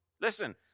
Listen